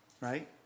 right